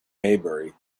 maybury